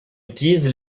utilise